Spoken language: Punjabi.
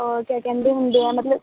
ਉਹ ਕਿਆ ਕਹਿੰਦੇ ਹੁੰਦੇ ਆ ਮਤਲਬ